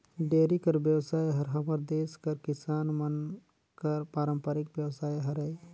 dairy कर बेवसाय हर हमर देस कर किसान मन कर पारंपरिक बेवसाय हरय